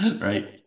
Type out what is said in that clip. right